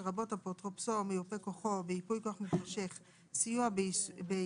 לרבות אפוטרופסו או מיופה כוחו ביפוי כוח מתמשך סיוע ביישום